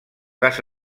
gas